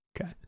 Okay